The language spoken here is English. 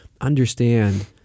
understand